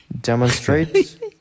demonstrate